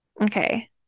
Okay